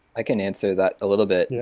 i can answer that a little bit. yeah